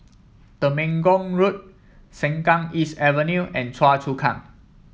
Temenggong Road Sengkang East Avenue and Choa Chu Kang